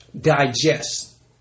Digest